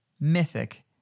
mythic